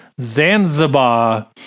Zanzibar